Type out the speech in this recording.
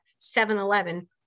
7-Eleven